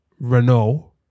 Renault